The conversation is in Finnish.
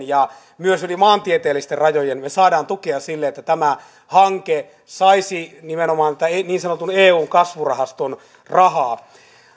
ja myös yli maantieteellisten rajojen me saamme tukea sille että tämä hanke saisi nimenomaan niin sanotun eun kasvurahaston rahaa